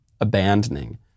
abandoning